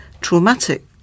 traumatic